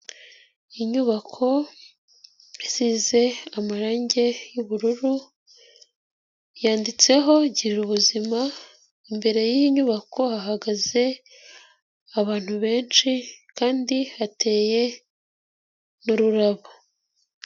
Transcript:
Inyubako isize amarangi y'ubururu, yanditseho Girubuzima, kandi imbere y'inyubako hahagaze abantu benshi kandi hateye n'ururabo.